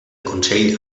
consell